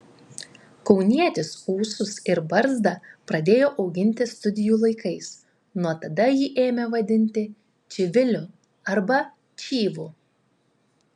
kaunietis ūsus ir barzdą pradėjo auginti studijų laikais nuo tada jį ėmė vadinti čiviliu arba čyvu